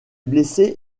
blessés